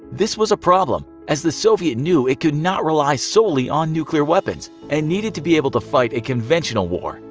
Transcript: this was a problem, as the soviet union knew it could not rely solely on nuclear weapons, and needed to be able to fight a conventional war.